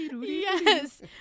Yes